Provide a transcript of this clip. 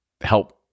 help